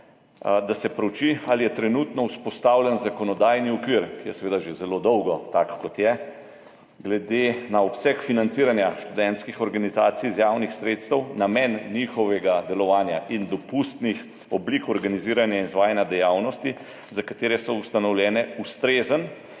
da se preuči, ali je trenutno vzpostavljen zakonodajni okvir, ki je seveda že zelo dolgo tak, kot je, glede na obseg financiranja študentskih organizacij iz javnih sredstev, namen njihovega delovanja in dopustnih oblik organiziranja izvajanja dejavnosti, za katere so ustanovljene, ustrezen